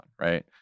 right